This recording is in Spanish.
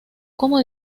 como